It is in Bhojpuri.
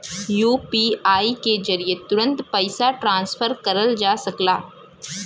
यू.पी.आई के जरिये तुरंत पइसा ट्रांसफर करल जा सकला